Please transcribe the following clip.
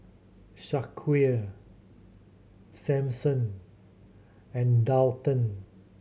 Shaquille Samson and Daulton